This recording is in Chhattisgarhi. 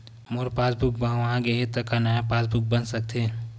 मोर पासबुक ह गंवा गे हे त का नवा पास बुक बन सकथे?